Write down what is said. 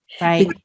Right